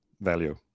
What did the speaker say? value